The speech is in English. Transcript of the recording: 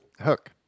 Hook